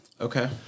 Okay